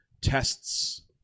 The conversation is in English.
tests